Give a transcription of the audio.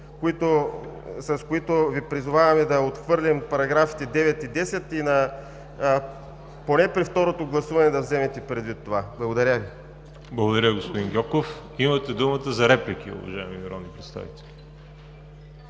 с които Ви призоваваме да отхвърлим параграфите 9 и 10 и поне при второто гласуване да вземете предвид това. Благодаря Ви. ПРЕДСЕДАТЕЛ ВАЛЕРИ ЖАБЛЯНОВ: Благодаря, господин Гьоков. Имате думата за реплики, уважаеми народни представители.